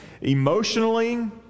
emotionally